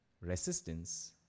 Resistance